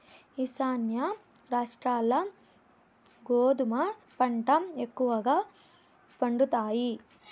ఈశాన్య రాష్ట్రాల్ల గోధుమ పంట ఎక్కువగా పండుతాయి